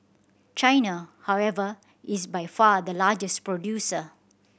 China however is by far the largest producer